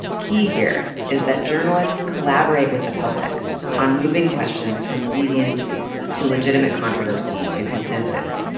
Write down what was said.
key here is that journalists collaborate with the public on moving questions from deviance to legitimate controversy to consensus.